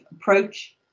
approach